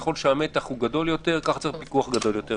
ככל שהמתח גדול יותר, כך צריך פיקוח גדול יותר.